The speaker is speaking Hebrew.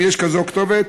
אם יש כזאת כתובת,